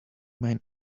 main